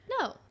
no